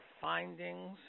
findings